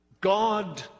God